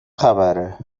خبره